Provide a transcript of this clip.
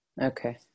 Okay